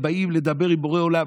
הם באים לדבר עם בורא עולם,